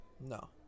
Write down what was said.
No